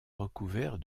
recouvert